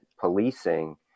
policing